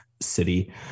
city